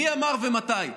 מי אמר ומתי?